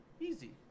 Easy